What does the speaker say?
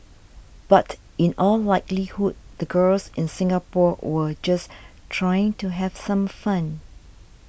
but in all likelihood the girls in Singapore were just trying to have some fun